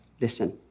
listen